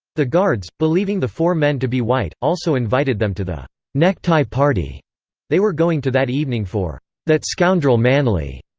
the guards, believing the four men to be white, also invited them to the necktie party they were going to that evening for that scoundrel manly.